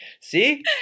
See